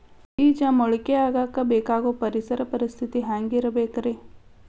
ಬೇಜ ಮೊಳಕೆಯಾಗಕ ಬೇಕಾಗೋ ಪರಿಸರ ಪರಿಸ್ಥಿತಿ ಹ್ಯಾಂಗಿರಬೇಕರೇ?